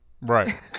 right